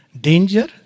danger